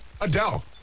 Adele